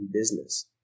business